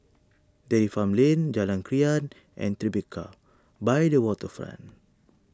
Dairy Farm Lane Jalan Krian and Tribeca by the Waterfront